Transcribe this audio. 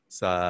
sa